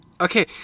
okay